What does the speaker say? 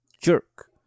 jerk